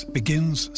begins